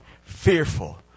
fearful